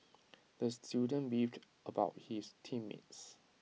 the student beefed about his team mates